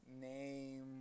name